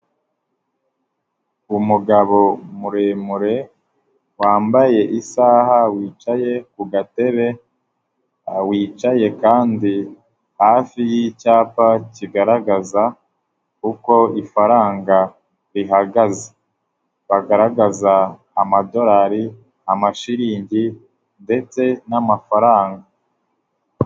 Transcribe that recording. Umugabo muremure wambaye isaha wicaye ku gatebe, wicaye kandi hafi y'icyapa kigaragaza uko ifaranga rihagaze, bagaragaza amadorari, amashiringi ndetse n'amafaranga.